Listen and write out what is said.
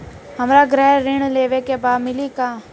हमरा गृह ऋण लेवे के बा मिली का?